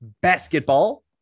basketball